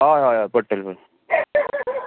हय हय पडटल्यो बऱ्यो